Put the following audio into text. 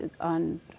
on